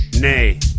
Nay